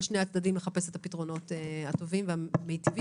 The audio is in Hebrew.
שני הצדדים לחפש את הפתרונות הטובים והמיטיבים,